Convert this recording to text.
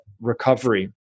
recovery